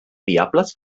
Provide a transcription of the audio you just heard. diables